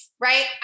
right